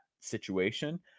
situation